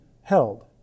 held